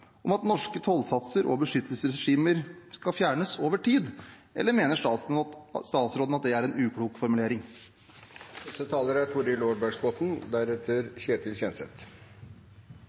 om at norske tollsatser og beskyttelsesregimer skal fjernes over tid, eller mener statsråden at det er en uklok formulering? Landbruket er